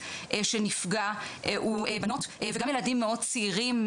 שנפגע הוא בנות וגם ילדים מאוד צעירים,